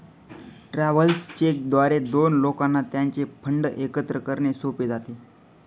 travellers cheque द्वारे दोन लोकांना त्यांचे फंड एकत्र करणे सोपे जाते